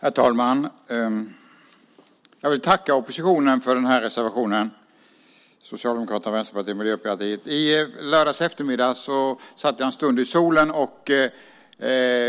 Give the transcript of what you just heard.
Herr talman! Jag vill tacka oppositionen för denna reservation från Socialdemokraterna, Vänsterpartiet och Miljöpartiet. I lördags eftermiddag satt jag en stund i solen och